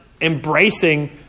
embracing